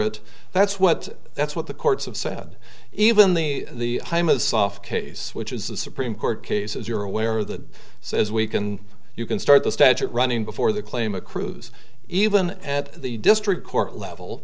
it that's what that's what the courts have said even the time of soft case which is the supreme court cases you're aware of that says we can you can start the statute running before the claim accrues even at the district court level